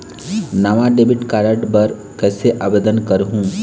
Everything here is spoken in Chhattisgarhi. नावा डेबिट कार्ड बर कैसे आवेदन करहूं?